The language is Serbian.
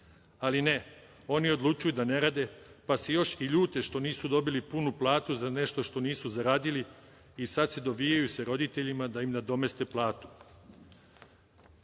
ali ne, oni odlučuju da ne rade, pa se još i ljute što nisu dobili punu platu za nešto nisu zaradili i sada se dovijaju sa roditeljima da im nadomeste platu. Država